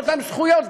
את אותן זכויות,